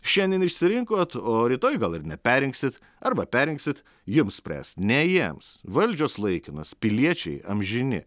šiandien išsirinkot o rytoj gal ir neperrinksit arba perrinksit jums spręst ne jiems valdžios laikinos piliečiai amžini